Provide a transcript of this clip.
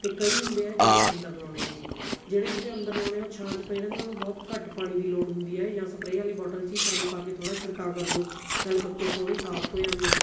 ਅਤੇ ਕਈ ਹੁੰਦੇ ਆ ਜਿਹੜੇ ਅੰਦਰ ਲਾਉਣੇ ਹੈਗੇ ਜਿਹੜੇ ਬੂਟੇ ਅੰਦਰ ਲਾਉਣੇ ਉਹ ਛਾਂ 'ਚ ਪਏ ਰਹਿੰਦੇ ਉਹਨੂੰ ਬਹੁਤ ਘੱਟ ਪਾਣੀ ਦੀ ਲੋੜ ਹੁੰਦੀ ਹੈ ਜਾਂ ਸਪਰੇਅ ਵਾਲੀ ਬੋਟਲ 'ਚ ਹੀ ਪਾਣੀ ਪਾ ਕੇ ਥੋੜ੍ਹਾ ਛਿੜਕਾਅ ਕਰ ਦਿਉ ਨਾਲੇ ਪੱਤੇ ਸੋਹਣੇ ਸਾਫ ਹੋ ਜਾਂਦੇ ਹੈ